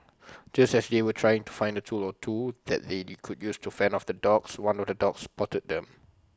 just as they were trying to find A tool or two that they could use to fend off the dogs one of the dogs spotted them